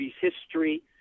history